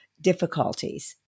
difficulties